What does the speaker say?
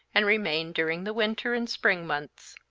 and remained during the winter and spring months.